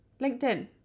linkedin